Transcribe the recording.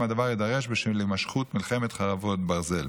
אם הדבר יידרש בשל הימשכות מלחמת חרבות ברזל.